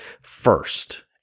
first